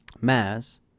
mass